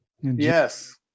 yes